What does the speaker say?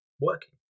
working